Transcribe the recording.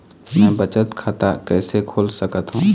मै ह बचत खाता कइसे खोल सकथों?